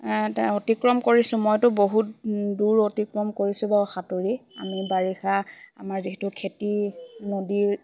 অতিক্ৰম কৰিছোঁ মইতো বহুত দূৰ অতিক্ৰম কৰিছোঁ বাাৰ সাঁতুৰি আমি বাৰিষা আমাৰ যিহেতু খেতি নদীৰ